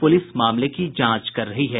police मामले की जांच कर रही है